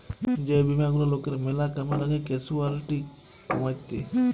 যে বীমা গুলা লকের ম্যালা কামে লাগ্যে ক্যাসুয়ালটি কমাত্যে